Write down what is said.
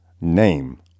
name